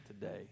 today